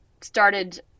started